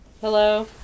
Hello